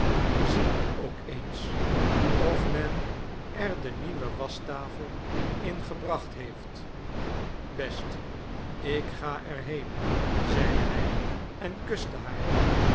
zie ook eens of men er de nieuwe waschtafel in gebracht heeft best ik ga er heen zeide hij en kuste haar